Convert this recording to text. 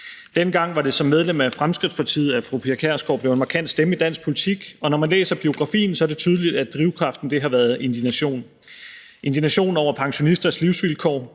Dengang var det som medlem af Fremskridtspartiet, at fru Pia Kjærsgaard blev en markant stemme i dansk politik, og når man læser biografien, er det tydeligt, at drivkraften har været indignation – indignation over pensionisters livsvilkår,